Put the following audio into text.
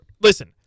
listen